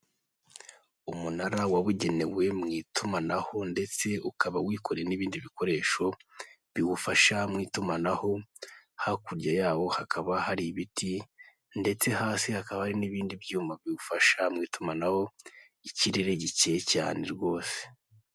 Umunara wabugenewe mu itumanaho ndetse ukaba wikoreye n'ibindi bikoresho biwufasha mu itumanaho, hakurya yawo hakaba hari ibiti, ndetse hasi hakaba hari n'ibindi byuma biwufasha mu itumanaho ikirere gikeye cyane rwose.